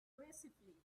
gracefully